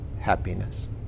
happiness